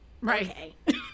Right